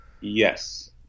Yes